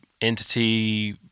entity